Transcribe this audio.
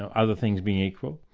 and other things being equal,